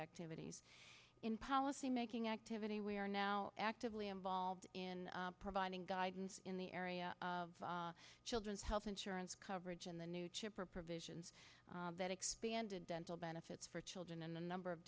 activities in policymaking activity we are now actively involved in providing guidance in the area of children's health insurance coverage and the new chip are provisions that expanded dental benefits for children in a number of